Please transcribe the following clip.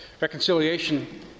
Reconciliation